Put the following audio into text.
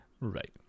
Right